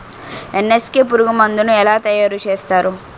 NSK పురుగు మందు ను ఎలా తయారు చేస్తారు?